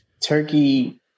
turkey